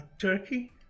Turkey